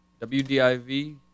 WDIV